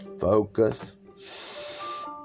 focus